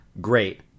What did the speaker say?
Great